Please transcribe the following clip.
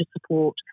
support